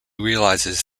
realizes